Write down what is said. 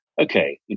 okay